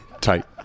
Tight